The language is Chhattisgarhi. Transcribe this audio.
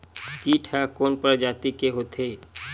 कीट ह कोन प्रजाति के होथे?